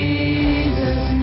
Jesus